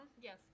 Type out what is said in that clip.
Yes